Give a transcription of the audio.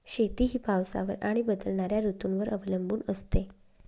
शेती ही पावसावर आणि बदलणाऱ्या ऋतूंवर अवलंबून असते